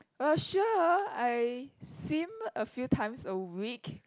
well sure I swim a few times a week